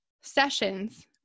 sessions